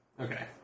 okay